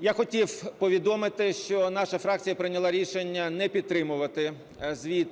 Я хотів повідомити, що наша фракція прийняла рішення не підтримувати звіт